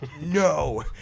No